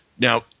Now